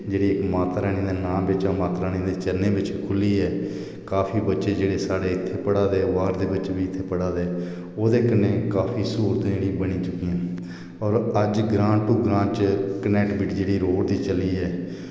जेह्ड़ी माता रानी दे नाम बिच माता रानी दे चरणे बिच खु'ल्ली ऐ काफी बच्चे जेह्ड़े साढ़े इत्थै पढ़ा दे बाह्र दे बच्चे बी् इत्थै पढ़ा दे ओह्दे कन्नै काफी स्हूलत जेह्ड़ी बनी चुकियां न और अज्ज ग्रां टू ग्रां च कनेक्टविटी जेह्ड़ी रोड़ दी चली ऐ